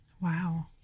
Wow